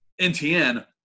NTN